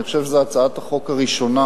אני חושב שזו הצעת החוק הראשונה